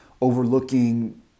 overlooking